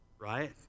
right